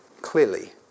Clearly